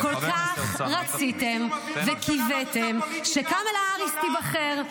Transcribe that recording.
כל כך רציתם וקיוויתם שקמלה האריס תיבחר.